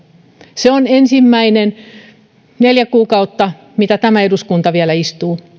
se on ensimmäiset neljä kuukautta jotka tämä eduskunta vielä istuu